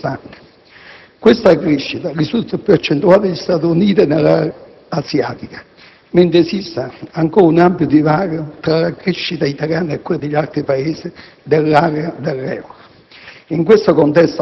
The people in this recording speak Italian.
Per quanto riguarda il contesto economico, le proiezioni del Ministero dell'economia e delle finanze segnalano che gli indicatori, che anticipano il ciclo economico mondiale, sono tutti positivi ed evidenziano una crescita costante.